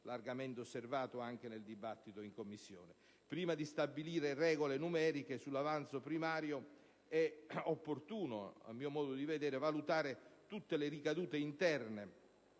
largamente osservato anche nel dibattito in Commissione. Prima di stabilire regole numeriche sull'avanzo primario è opportuno, a mio modo di vedere, valutare tutte le ricadute interne